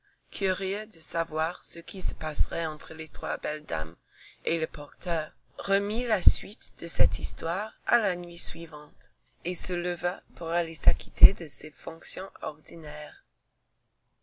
curieux de savoir ce qui se passerait entre les trois belles dames et le porteur remit la suite de cette histoire à la nuit suivante et se leva pour aller s'acquitter de ses fonctions ordinaires